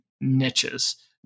niches